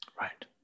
Right